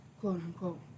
quote-unquote